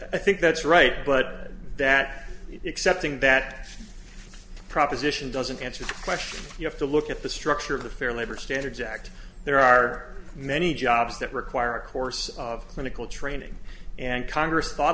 i think that's right but that except thing that proposition doesn't answer the question you have to look at the structure of the fair labor standards act there are many jobs that require a course of clinical training and congress thought